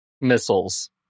missiles